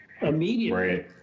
immediately